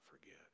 forget